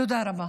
תודה רבה.